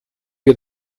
wir